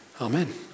amen